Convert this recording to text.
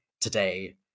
today